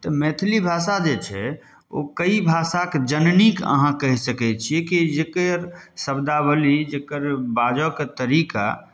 तऽ मैथिली भाषा जे छै ओ कई भाषाक जननी अहाँ कहि सकै छियै कि जकर शब्दावलि जकर बाजयके तरीका